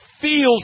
feels